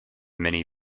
many